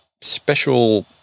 special